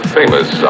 famous